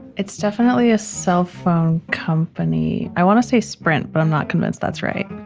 it's definitely a cell phone company. i want to say sprint, but i'm not convinced that's right?